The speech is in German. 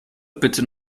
bitte